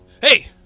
Hey